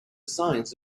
signs